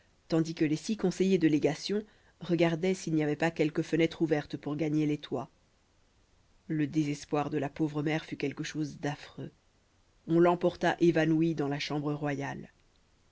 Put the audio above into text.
tandis que les six conseillers de légation regardaient s'il n'y avait pas quelque fenêtre ouverte pour gagner les toits le désespoir de la pauvre mère fut quelque chose d'affreux on l'emporta évanouie dans la chambre royale